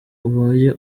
ubaye